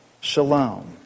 shalom